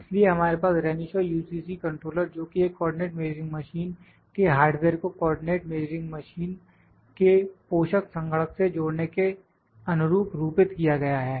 इसलिए हमारे पास रेनिशा UCC कंट्रोलर जोकि एक कोऑर्डिनेट मेजरिंग मशीन के हार्डवेयर को कोऑर्डिनेट मेजरिंग मशीन के पोषक संगणक से जोड़ने के अनुरूप रूपित किया गया है